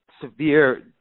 severe